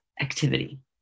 activity